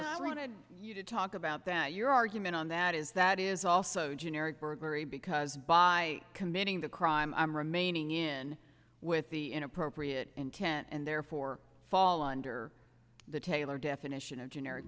as i run it you talk about that your argument on that is that is also generic burglary because by committing the crime i'm remaining in with the inappropriate intent and therefore fall under the taylor definition of generic